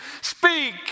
speak